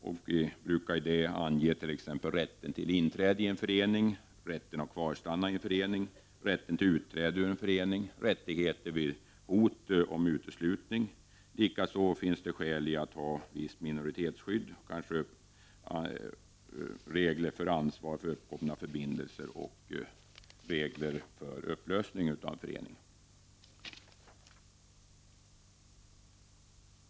Vi brukar som exempel nämna rätten till inträde i förening, rätten att kvarstanna i förening, rätten till utträde och rättigheter vid hot om uteslutning ur förening. Likaså finns det skäl att ha visst minoritetsskydd, kanske regler för ansvar för ingångna förbindelser och regler för upplösning av förening.